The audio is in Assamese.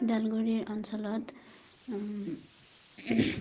ওদালগুৰিৰ অঞ্চলত